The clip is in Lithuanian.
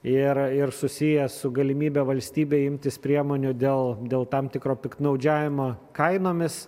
ir ir susijęs su galimybe valstybei imtis priemonių dėl dėl tam tikro piktnaudžiavimo kainomis